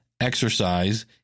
exercise